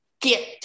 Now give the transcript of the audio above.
get